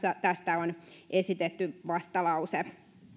tästä on esitetty vastalause